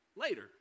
later